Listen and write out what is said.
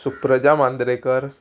Supraja Mandrekar